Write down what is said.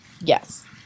Yes